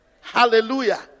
Hallelujah